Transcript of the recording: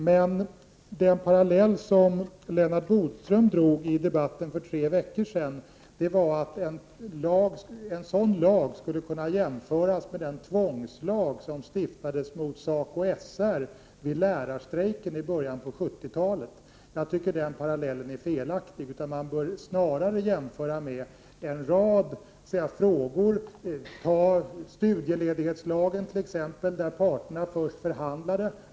Men den parallell som Lennart Bodström drog i debatten för tre veckor sedan var att en sådan lag skulle kunna jämföras med den tvångslag som stiftades mot SACO/SR vid lärarstrejken i början av 1970-talet. Jag tycker att det är felaktigt att göra den parallellen. Man bör snarare jämföra med en rad frågor som rör t.ex. studieledighetslagen, där parterna först förhandlade.